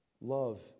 Love